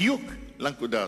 בדיוק לנקודה הזאת,